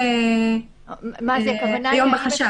(ה)הכרזה על הגבלה חלקית על הכרזה על הגבלה מלאה תוגש